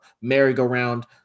merry-go-round